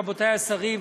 רבותי השרים,